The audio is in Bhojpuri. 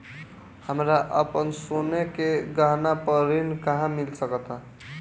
हमरा अपन सोने के गहना पर ऋण कहां मिल सकता?